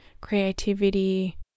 creativity